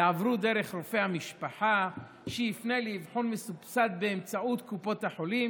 יעברו דרך רופא המשפחה שיפנה לאבחון מסובסד באמצעות קופות החולים.